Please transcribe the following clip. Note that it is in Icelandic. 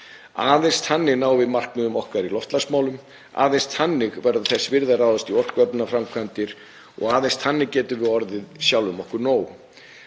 Aðeins þannig náum við markmiðum okkar í loftslagsmálum. Aðeins þannig verður þess virði að ráðast í orkuöflunarframkvæmdir og aðeins þannig getum við orðið sjálfum okkur nóg.